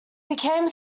became